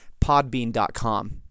podbean.com